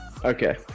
Okay